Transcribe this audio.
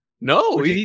No